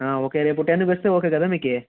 okay రేపు టెన్కి వస్తే ఓకే కదా మీకు